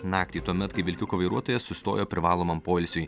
naktį tuomet kai vilkiko vairuotojas sustojo privalomam poilsiui